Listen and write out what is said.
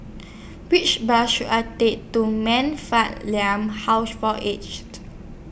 Which Bus should I Take to Man Fatt Liang House For Aged